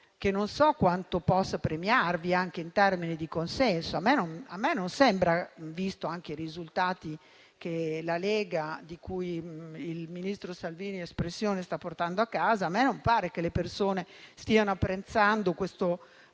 non so quanto possa premiarvi anche in termini di consenso, almeno a me non sembra, visti anche i risultati che la Lega, di cui il ministro Salvini è espressione, sta portando a casa. A me non pare che le persone stiano apprezzando questo tipo